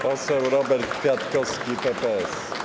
Poseł Robert Kwiatkowski, PPS.